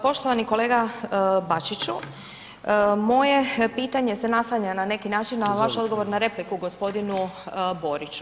Poštovani kolega Bačiću, moje pitanje se nastavlja na neki način na vaš odgovor na repliku gospodinu Boriću.